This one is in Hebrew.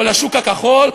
או לשוק הכחול,